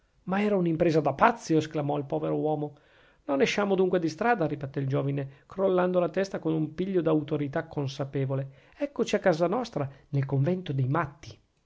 ma era un'impresa da matti esclamò il povero uomo non esciamo dunque di strada ribattè il giovine crollando la testa con un piglio d'autorità consapevole eccoci a casa nostra nel convento dei matti